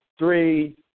Three